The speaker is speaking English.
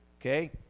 okay